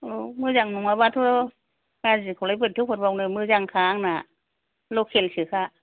औ मोजां नङाबाथ' गाज्रिखौलाय बोरैथो हरबावनो मोजांखा आंना लकेल सोखा